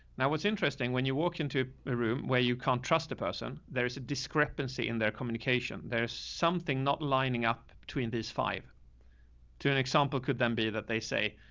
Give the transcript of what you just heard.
now, what's interesting, when you walk into a room where you can't trust the person, there is a discrepancy in their communication. there's something not lining up between these five two an example could then be that they say,